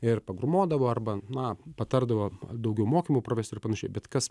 ir pagrūmodavo arba na patardavo daugiau mokymų pravest ir panašiai bet kas